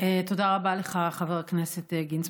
תודה רבה לך, חבר הכנסת גינזבורג.